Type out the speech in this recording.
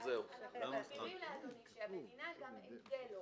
אנחנו מזכירים לאדוני שהמדינה גם את זה לא